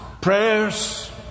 prayers